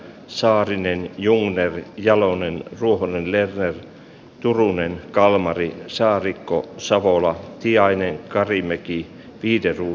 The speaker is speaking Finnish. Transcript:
saarinen juuan mervi jalonen ruokonen leena turunen kalmari saarikko savola sijainneen kari vekki ii keruu